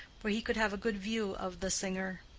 where he could have a good view of the singer.